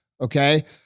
Okay